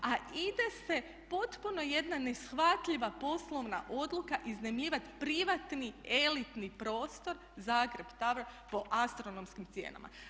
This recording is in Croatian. A ide se potpuno jedna neshvatljiva poslovna odluka iznajmljivati privatni elitni prostor Zagreb Tower po astronomskim cijenama.